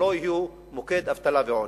שלא יהיו מוקד אבטלה ועוני.